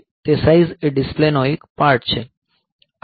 તે સાઇઝ એ ડિસ્પ્લે નો એક પાર્ટ છે